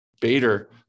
Bader